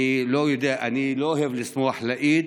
אני לא יודע, אני לא אוהב לשמוח לאיד,